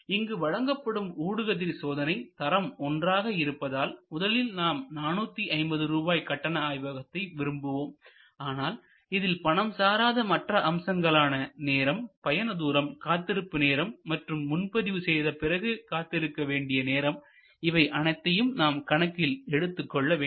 இங்கு வழங்கப்படும் ஊடுகதிர் சோதனை தரம் ஒன்றாக இருப்பதால் முதலில் நாம் 450 சேவை கட்டண ஆய்வகத்தை விரும்புவோம் ஆனால் இதில் பணம் சாராத மற்ற அம்சங்களான நேரம் பயண தூரம் காத்திருப்பு நேரம் மற்றும் முன்பதிவு செய்தபின்பு காத்திருக்க வேண்டிய நேரம் இவை அனைத்தையும் நாம் கணக்கில் எடுத்துக் கொள்ள வேண்டும்